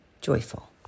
joyful